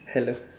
hello